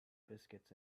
biscuits